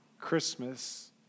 Christmas